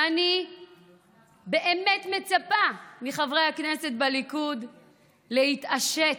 ואני באמת מצפה מחברי הכנסת בליכוד להתעשת,